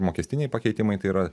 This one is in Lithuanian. mokestiniai pakeitimai tai yra